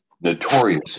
notorious